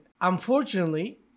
unfortunately